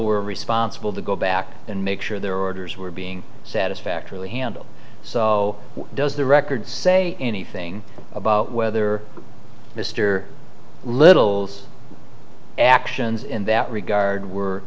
were responsible to go back and make sure their orders were being satisfactorily handled so does the record say anything about whether mr little's actions in that regard were